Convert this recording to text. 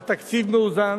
על תקציב מאוזן.